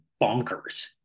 bonkers